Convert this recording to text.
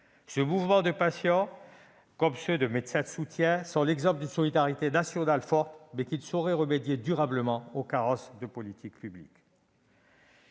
Ces mouvements de patients, comme ceux de médecins de soutien, sont l'exemple d'une solidarité nationale forte, mais qui ne saurait remédier durablement aux carences des politiques publiques.